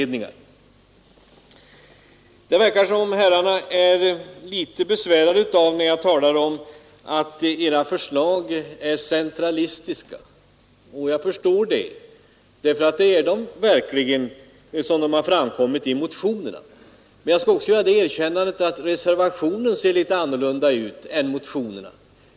Det verkar som om herrarna blir litet besvärade när jag talar om att era förslag är centralistiska, och jag förstår det, för det är de verkligen som de har framkommit i motionerna. Men jag skall göra det medgivandet att reservationen ser litet annorlunda ut än motionerna.